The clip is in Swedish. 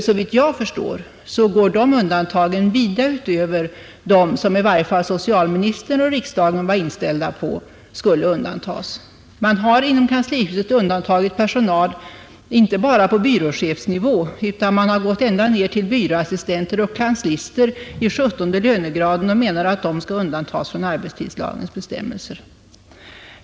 Såvitt jag förstår går också de undantagen vida utöver dem som i varje fall enligt socialministerns och riksdagens mening skulle undantagas. Inom kanslihuset har man sålunda undantagit personal inte bara på byråchefsnivå utan ända ner till byråassistenter och kanslister i 17 lönegraden. Man menar att de skall undantas från arbetstidslagens bestämmelser.